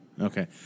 Okay